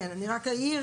כן, אני רק אעיר.